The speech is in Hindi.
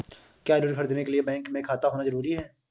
क्या ऋण ख़रीदने के लिए बैंक में खाता होना जरूरी है?